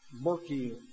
murky